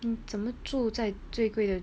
你怎么住在最贵的